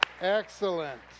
Excellent